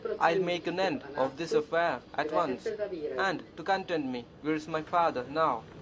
i'll make an end of this affair at once and, to content me, here's my father now.